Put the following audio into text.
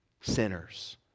sinners